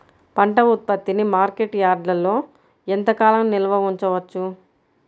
పంట ఉత్పత్తిని మార్కెట్ యార్డ్లలో ఎంతకాలం నిల్వ ఉంచవచ్చు?